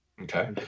okay